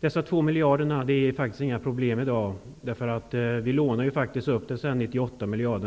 De 2 miljarderna är faktiskt inget problem i dag. Vi lånar ju upp 98 miljarder.